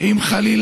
שנה,